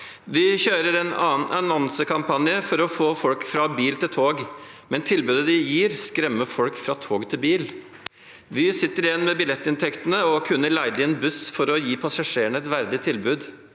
Vy kjører en annonsekampanje for å få folk fra bil til tog, men tilbudet de gir, skremmer folk fra tog til bil. Vy sitter igjen med billettinntektene og kunne leid inn buss for å gi passasjerene et verdig tilbud.